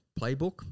playbook